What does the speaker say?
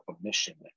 permission